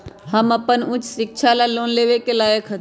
हम अपन उच्च शिक्षा ला लोन लेवे के लायक हती?